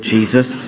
Jesus